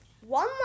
one